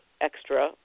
extra